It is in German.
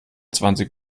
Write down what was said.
zwanzig